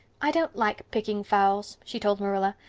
i don't like picking fowls, she told marilla,